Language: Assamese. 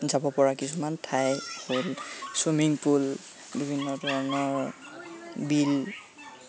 যাব পৰা কিছুমান ঠাই হ'ল চুইমিং পুল বিভিন্ন ধৰণৰ বিল